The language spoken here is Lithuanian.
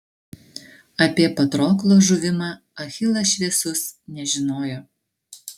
apie patroklo žuvimą achilas šviesus nežinojo